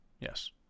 Yes